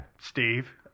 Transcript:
Steve